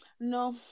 No